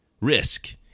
risk